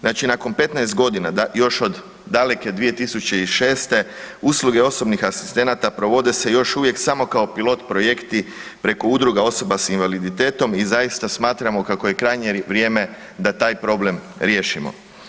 Znači nakon 15 godina još od daleke 2006. usluge osobnih asistenata provode se još uvijek samo pilot projekti preko udruga osoba s invaliditetom i zaista smatramo kako je krajnje vrijeme da taj problem riješimo.